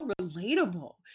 relatable